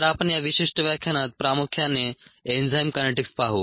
तर आपण या विशिष्ट व्याख्यानात प्रामुख्याने एन्झाईम कायनेटिक्स पाहू